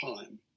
time